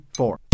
four